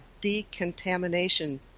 decontamination